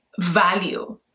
value